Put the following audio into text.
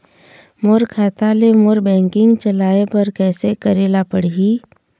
मोर खाता ले मोर बैंकिंग चलाए बर कइसे करेला पढ़ही?